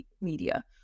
media